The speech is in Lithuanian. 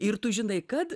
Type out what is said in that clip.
ir tu žinai kad